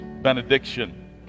benediction